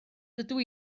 dydw